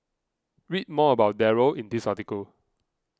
read more about Darryl in this article